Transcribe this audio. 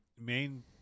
main